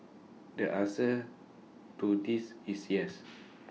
the answer to this is yes